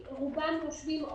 רובם יושבים,